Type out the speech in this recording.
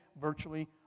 virtually